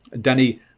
Danny